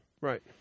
Right